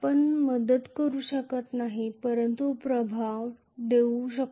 आपण मदत करू शकत नाही परंतु प्रभाव ठेवू शकतो